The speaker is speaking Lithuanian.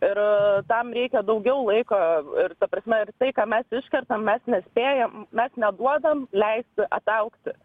ir tam reikia daugiau laiko ir ta prasme ir tai ką mes iškertam mes nespėjam mes neduodam leisti ataugti